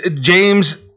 James